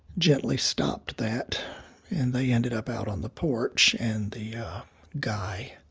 gently stopped that, and they ended up out on the porch. and the yeah guy